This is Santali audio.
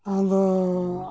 ᱟᱫᱚᱻ